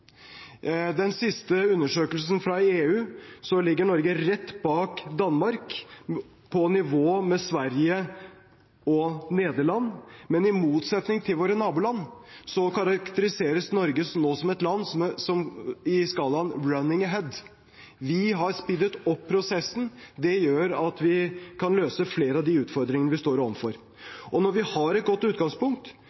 den siste undersøkelsen fra EU ligger Norge rett bak Danmark, på nivå med Sverige og Nederland, men i motsetning til våre naboland karakteriseres Norge nå som et land i skalaen «running ahead». Vi har speedet opp prosessen. Det gjør at vi kan løse flere av de utfordringene vi står